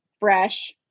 fresh